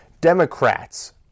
Democrats